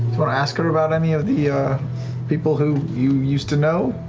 but to ask her about any of the people who you used to know?